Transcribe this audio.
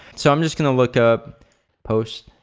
so i'm just gonna look up post.